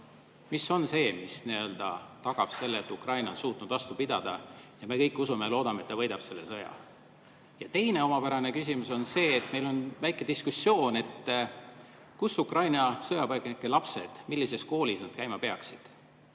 Mis on see, mis tagab selle, et Ukraina on suutnud vastu pidada? Me kõik usume ja loodame, et ta võidab selle sõja. Ja teine omapärane küsimus on see, et meil on väike diskussioon, millises koolis Ukraina sõjapõgenike lapsed käima peaksid.